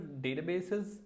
databases